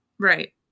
Right